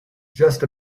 just